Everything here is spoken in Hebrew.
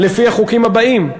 לפי החוקים הבאים: